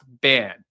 ban